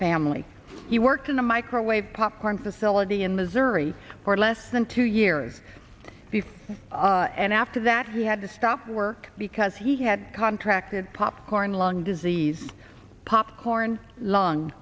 family he worked in a microwave popcorn facility in missouri or less than two years before and after that he had to stop work because he had contracted popcorn lung disease popcorn lung